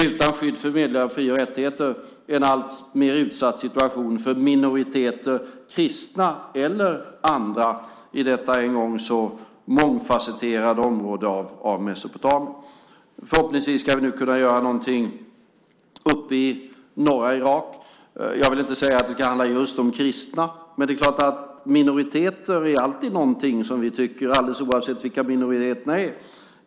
Utan skydd för medborgerliga fri och rättigheter en alltmer utsatt situation för minoriteter, kristna eller andra, i detta en gång så mångfasetterade område av Mesopotamien. Förhoppningsvis ska vi nu kunna göra någonting uppe i norra Irak. Jag vill inte säga att det ska handla just om kristna, men det är klart att minoriteter alltid är någonting som vi tycker är betydelsefullt alldeles oavsett vilka minoriteterna är.